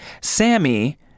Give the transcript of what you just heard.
Sammy